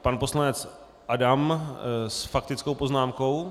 Pan poslanec Adam s faktickou poznámkou.